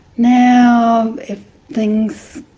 now if things